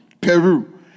Peru